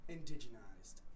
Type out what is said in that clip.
Indigenized